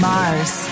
Mars